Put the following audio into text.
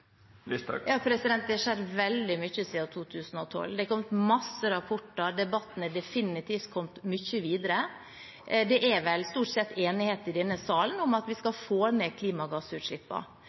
Det har skjedd veldig mye siden 2012. Det har kommet mange rapporter. Debatten er definitivt kommet mye lenger. Det er vel stort sett enighet i denne sal om at vi skal få ned